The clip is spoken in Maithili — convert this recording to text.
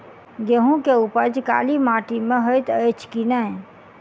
गेंहूँ केँ उपज काली माटि मे हएत अछि की नै?